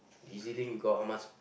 E_Z-Link you got how much